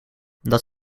dat